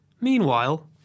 Meanwhile